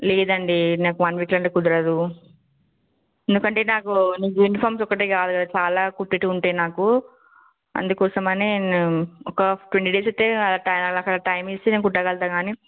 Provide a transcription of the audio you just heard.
లేదండి నాకు వన్ వీక్లో అంటే కుదరదు ఎందుకంటే నాకు యూనిఫామ్స్ ఒక్కటే కాదు కదా నాకు చాలా కుట్టేటివి ఉంటాయి నాకు అందుకోసమనే నేను ఒక ట్వంటీ డేస్ అయితే నాకు అలా టైం ఇస్తే కుట్టగలుగుతా కానీ